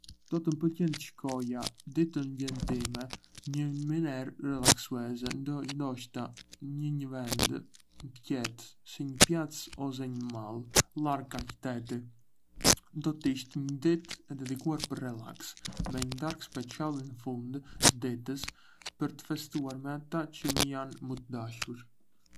Do të më pëlqente të shkoja ditëlindjen time në një mënyrë relaksuese, ndoshta në një vend të qetë si një plazh ose në male, larg nga qyteti. Do të ishte një ditë e dedikuar për relaks, me një darkë speçjal në fund të ditës për të festuar me ata që më janë më të dashur.